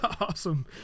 Awesome